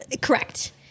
Correct